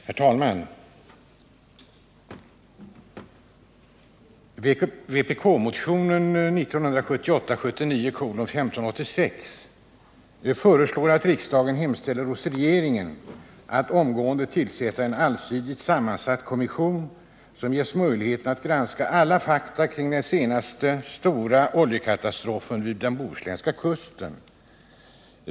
Herr talman! I vpk-motionen 1978/79:1586 föreslås att riksdagen hemställer att regeringen utan dröjsmål tillsätter en allsidigt sammansatt kommission som ges möjlighet att granska alla fakta om den senaste stora oljekatastrofen vid den bohuslänska kusten.